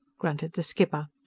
grunted the skipper.